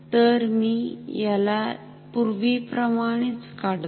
तर मी याला पूर्वीप्रमाणेच काढतो